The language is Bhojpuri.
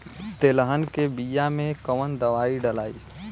तेलहन के बिया मे कवन दवाई डलाई?